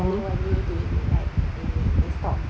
suddenly one new day like dia stop